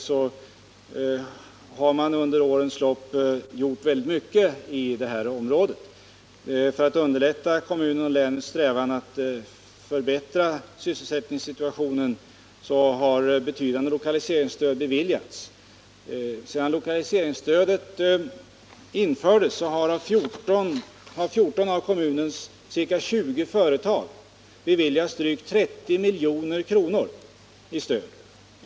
Därför har det också under årens lopp gjorts väldigt mycket för att underlätta och förbättra kommunens sysselsättningssituation. Betydande lokaliseringsstöd har beviljats. Sedan lokaliseringsstödet infördes har 14 av kommunens ca 20 företag beviljats drygt 30 milj.kr. i stöd.